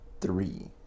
three